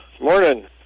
Morning